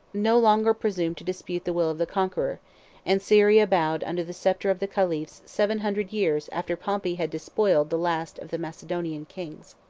no longer presumed to dispute the will of the conqueror and syria bowed under the sceptre of the caliphs seven hundred years after pompey had despoiled the last of the macedonian kings.